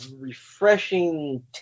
refreshing